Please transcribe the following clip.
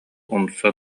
умса